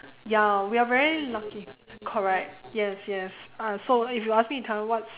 ya we are very lucky correct yes yes uh so if you ask me to tell you what's